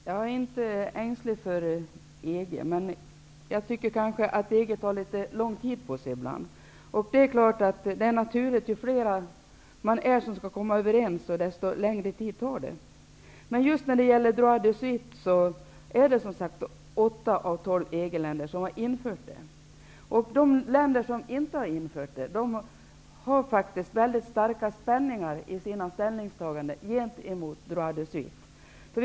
Herr talman! Jag är inte ängslig för EG, men jag tycker att EG ibland tar lång tid på sig. Ju fler man är, desto längre tid tar det att komma överens. Av 12 länder har 8 infört droit de suite. De länder som inte har infört droit de suite har gjort starka ställningstaganden gentemot en sådan rätt.